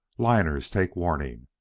liners take warning.